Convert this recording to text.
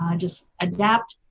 um just adapt,